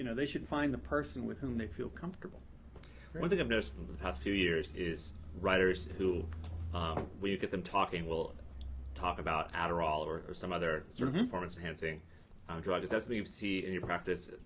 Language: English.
you know they should find the person with whom they feel comfortable. john one thing i've noticed in the past few years is writers who ah when you get them talking will and talk about adderall or or some other sort of performance enhancing drug. is that something you see in your practice?